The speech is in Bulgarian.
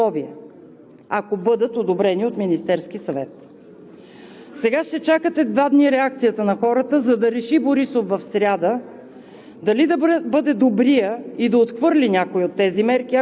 Вчера министърът на здравеопазването обяви нови мерки под условие – ако бъдат одобрени от Министерския съвет. Сега ще чакате два дни реакцията на хората, за да реши Борисов в сряда